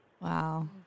wow